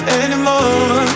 anymore